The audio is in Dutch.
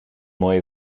mooie